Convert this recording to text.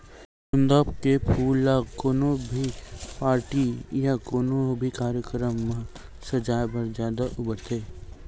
गोंदा के फूल ल कोनो भी पारटी या कोनो भी कार्यकरम म सजाय बर जादा बउरथे